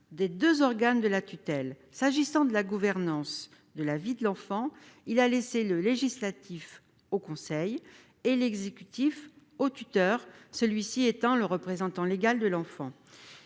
des deux organes de la tutelle. En ce qui concerne la gouvernance de la vie de l'enfant, il a laissé le législatif au conseil et l'exécutif au tuteur, celui-ci étant le représentant légal de l'enfant.